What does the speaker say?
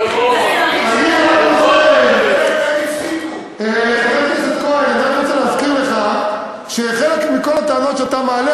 אני רק רוצה להזכיר לך שחלק מכל הטענות שאתה מעלה,